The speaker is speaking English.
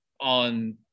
on